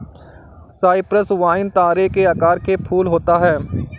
Cyprus vine तारे के आकार के फूल होता है